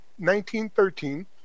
1913